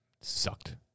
Sucked